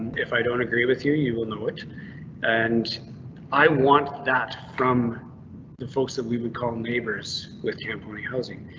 if i don't agree with you, you will know it and i want that from the folks that we would call neighbors with camponi housing.